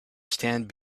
stand